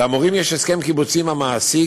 למורים יש הסכם קיבוצי עם המעסיק,